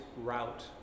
route